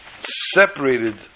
separated